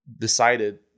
decided